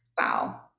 Wow